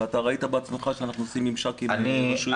וראית בעצמך שאנחנו עושים ממשק עם רשויות מקומיות.